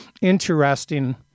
interesting